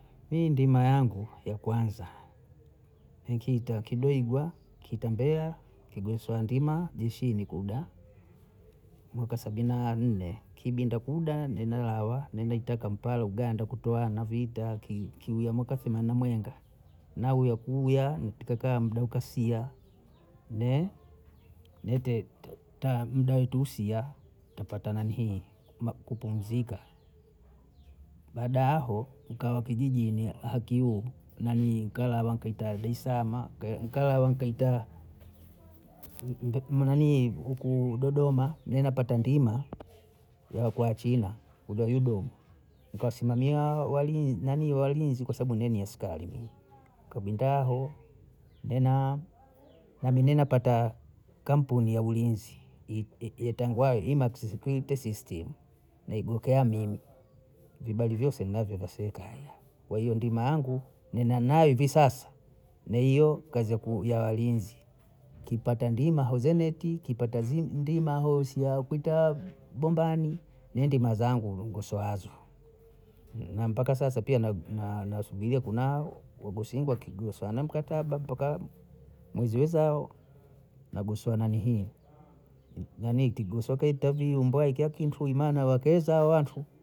Hii ndima yangu ya kwanza, nikiita kibeigwa, kitembea, kigosowa ndima jeshini kuda mwaka sabini na nne, kibinda kuda nimelawa nimeita kampala Yuganda kutoa mavita kilya mwaka funye na mwenga, na uye kuya npika ka muda kasia, ne muda etu usia, tapata nanihii kupumzika, baada ya hao, nkawa kijijini hakiu nanihii kalala kita keita daesaama. nkalala keita nanii huku Dodoma, mie Napata ndima ya kuachina udwaido, nkasimamia walinzi kwa sababu nao ni askari mi, kabwinda hao nena nami ninapata kampuni ya ulinzi itangwa Imaksi sikwite sisitini naigokea mimi, vibali vyose ninavyo vya serikali kwa hiyo ndima yangu ninanaye hivi sasa, ni hiyo kazi ya walinzi kipata ndima hauzeneti, kipata ndima hosi akwita bombani ni ndima zangu ngoso azo, na mpaka sasa pia nasubiria kuna wagosi wengi kigosa anamkataba mpaka mwezi wezao, magosi wa nanihii, nani tigoswaka intavyuu mbwai kia kintu imana wakeza hao wantu